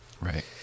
Right